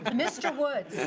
but mr. woods.